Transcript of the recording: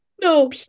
no